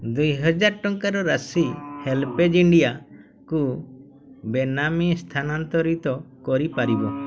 ଦୁଇହଜାର ଟଙ୍କାର ରାଶି ହେଲ୍ପେଜ୍ ଇଣ୍ଡିଆକୁ ବେନାମୀ ସ୍ଥାନାନ୍ତରିତ କରିପାରିବ